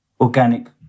organic